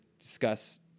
discuss